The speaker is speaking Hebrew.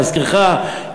להזכירך,